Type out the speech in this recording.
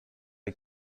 hay